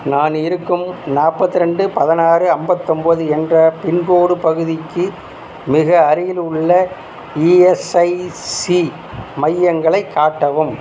நான் இருக்கும் நாற்பத்ரெண்டு பதினாறு ஐம்பத்தொம்பது என்ற பின்கோட் பகுதிக்கு மிக அருகிலுள்ள இஎஸ்ஐசி மையங்களைக் காட்டவும்